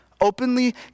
Openly